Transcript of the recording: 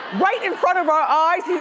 right in front of our eyes,